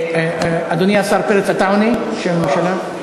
אדוני השר פרץ, אתה עונה בשם הממשלה?